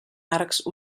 arcs